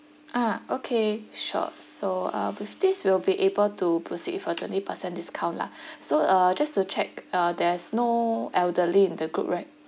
ah okay sure so uh with this we'll be able to proceed with a twenty percent discount lah so uh just to check uh there's no elderly in the group right